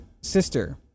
sister